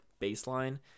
baseline